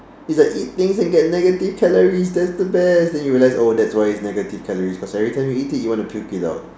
you can eat things and can get negative calories that's the best then you realize oh that's why it's negative calories everytime you eat it you wanna puke it out